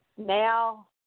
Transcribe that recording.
Now